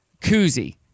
koozie